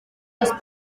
les